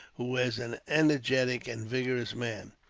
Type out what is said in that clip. who is an energetic and vigorous man.